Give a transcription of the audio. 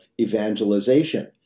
evangelization